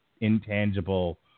intangible